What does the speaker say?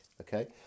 okay